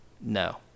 No